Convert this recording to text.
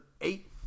eight